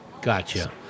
Gotcha